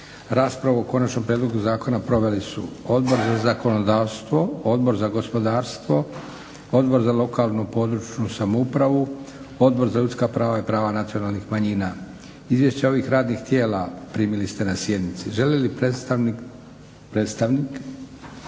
Raspravu o konačnom prijedlogu zakona proveli su: Odbor za zakonodavstvo, Odbor za gospodarstvo, Odbor za lokalnu, područnu samoupravu, Odbor za ljudska prava i prava nacionalnih manjina. Izvješća ovih radnih tijela primili ste na sjednici. Želi li predstavnik